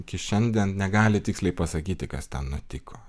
iki šiandien negali tiksliai pasakyti kas ten nutiko